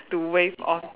to waive off